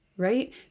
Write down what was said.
right